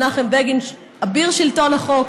מנחם בגין אביר שלטון החוק.